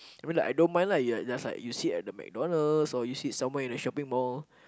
I mean like I don't mind lah you'll just like you sit at the McDonald's so you sit somewhere in the shopping mall